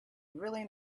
really